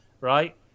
right